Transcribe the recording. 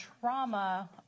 trauma